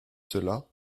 cela